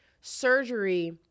surgery